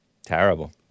Terrible